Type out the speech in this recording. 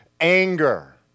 anger